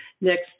Next